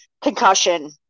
concussion